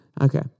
Okay